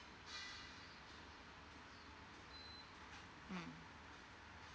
mm